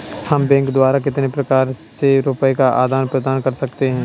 हम बैंक द्वारा कितने प्रकार से रुपये का आदान प्रदान कर सकते हैं?